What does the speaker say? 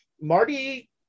Marty